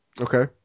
Okay